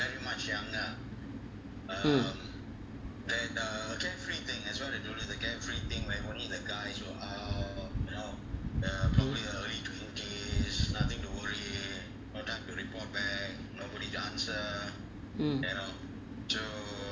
mm mm